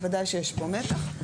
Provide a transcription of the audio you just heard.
בוודאי שיש פה מתח.